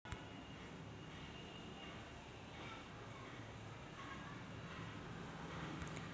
लौकी ही नैसर्गिक रीत्या सौम्य चव असलेली हिरवी मांसल भाजी आहे